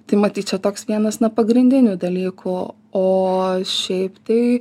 tai matyt čia toks vienas na pagrindinių dalykų o šiaip tai